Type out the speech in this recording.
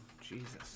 Jesus